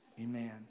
Amen